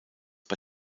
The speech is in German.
bei